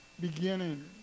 beginning